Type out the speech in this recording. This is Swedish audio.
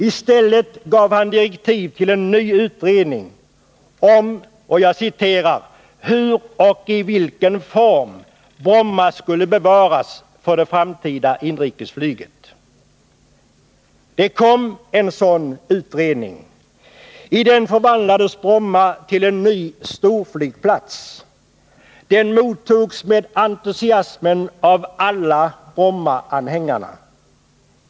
I stället gav han direktiv till en ny utredning om hur och i vilken form Bromma skulle bevaras för det framtida inrikesflyget. Det kom en sådan utredning. I den förvandlades Bromma till en ny storflygplats. Den mottogs med entusiasm av alla Brommaanhängarna.